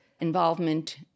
involvement